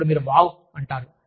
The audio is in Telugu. అప్పుడు మీరు వావ్ అంటారు